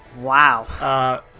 Wow